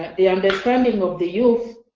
the and trending of the youth,